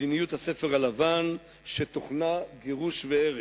מדיניות הספר הלבן שתוכנה גירוש והרס.